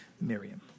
Miriam